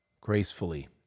gracefully